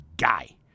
guy